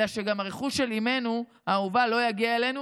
אלא שגם הרכוש של אימנו האהובה לא יגיע אלינו